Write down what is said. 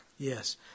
Yes